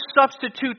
substitute